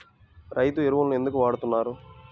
రైతు ఎరువులు ఎందుకు వాడుతున్నారు?